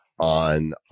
on